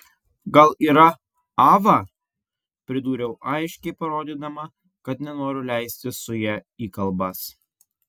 gal yra ava pridūriau aiškiai parodydama kad nenoriu leistis su ja į kalbas